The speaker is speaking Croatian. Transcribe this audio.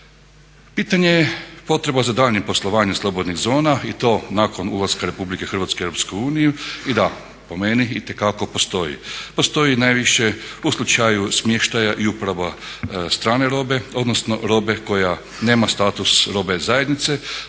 Pitanje je potreba za daljnjim poslovanjem slobodnih zona i to nakon ulaska RH u EU. I da, po meni itekako postoji. Postoji najviše u slučaju smještaja i uprava strane robe, odnosno robe koja nema status robe zajednice,